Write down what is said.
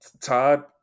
Todd